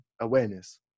awareness